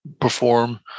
perform